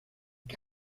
que